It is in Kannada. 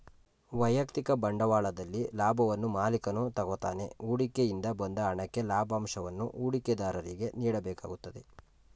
ವೈಯಕ್ತಿಕ ಬಂಡವಾಳದಲ್ಲಿ ಲಾಭವನ್ನು ಮಾಲಿಕನು ತಗೋತಾನೆ ಹೂಡಿಕೆ ಇಂದ ಬಂದ ಹಣಕ್ಕೆ ಲಾಭಂಶವನ್ನು ಹೂಡಿಕೆದಾರರಿಗೆ ನೀಡಬೇಕಾಗುತ್ತದೆ